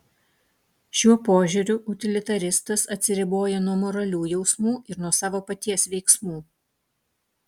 šiuo požiūriu utilitaristas atsiriboja nuo moralių jausmų ir nuo savo paties veiksmų